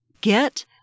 get